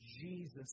Jesus